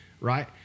Right